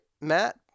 Matt